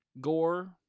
gore